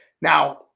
Now